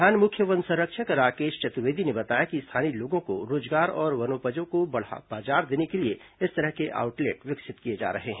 प्रधान मुख्य वन संरक्षक राकेश चतुर्वेदी ने बताया कि स्थानीय लोगों को रोजगार और वनोपजों को बाजार देने के लिए इस तरह के आउटलेट विकसित किए जा रहे हैं